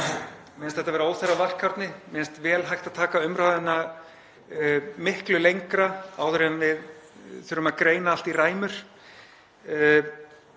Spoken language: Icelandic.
finnst þetta vera óþarfa varkárni. Mér finnst vel hægt að taka umræðuna miklu lengra áður en við förum að greina allt í ræmur.